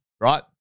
right